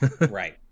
right